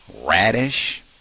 radish